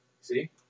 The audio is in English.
See